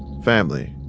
family.